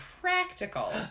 practical